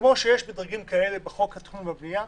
כפי שיש מדרגים מנהליים כאלה בחוק התכנון והבנייה,